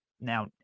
Now